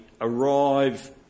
arrive